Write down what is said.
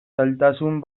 zailtasun